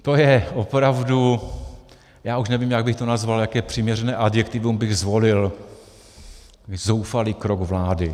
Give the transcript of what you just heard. To je opravdu já už nevím, jak bych to nazval, jaké přiměřené adjektivum bych zvolil zoufalý krok vlády.